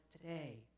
today